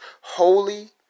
holy